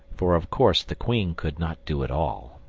for of course the queen could not do it all.